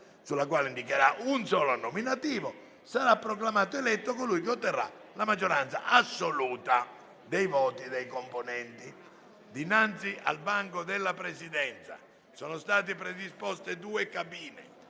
sulla quale indicherà un solo nominativo. Sarà proclamato eletto colui che otterrà la maggioranza assoluta dei voti dei componenti del Senato. Dinanzi al banco della Presidenza sono state predisposte due cabine.